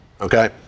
okay